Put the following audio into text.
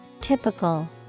typical